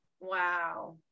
Wow